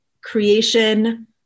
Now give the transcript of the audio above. creation